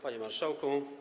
Panie Marszałku!